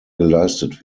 geleistet